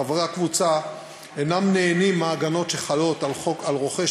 חברי הקבוצה אינם נהנים מההגנות החלות על רוכש